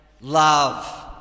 Love